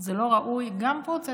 זה לא ראוי, גם פרוצדורלית